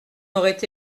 aurait